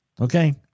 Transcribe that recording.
Okay